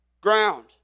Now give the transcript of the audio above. ground